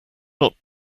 not